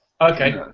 Okay